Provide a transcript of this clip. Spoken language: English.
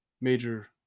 major